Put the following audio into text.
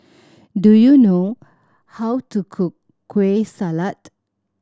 do you know how to cook Kueh Salat